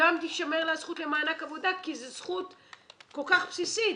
וגם תישמר לה הזכות למענק עבודה כי זו זכות כל כך בסיסית